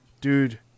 Dude